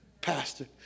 pastor